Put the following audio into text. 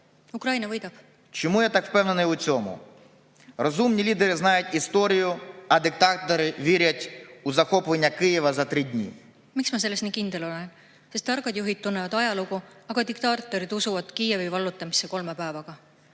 Ukraina võidab! Miks ma selles nii kindel olen? Sest targad juhid tunnevad ajalugu, aga diktaatorid usuvad Kiievi vallutamisse kolme päevaga.